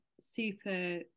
super